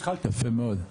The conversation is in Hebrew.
יפה מאוד,